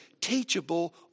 teachable